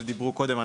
שדיברו קודם,